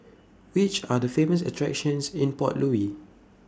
Which Are The Famous attractions in Port Louis